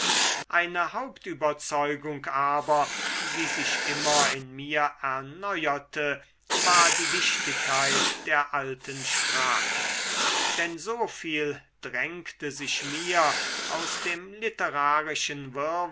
eine hauptüberzeugung aber die sich immer in mir erneuerte war die wichtigkeit der alten sprachen denn so viel drängte sich mir aus dem literarischen